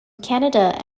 canada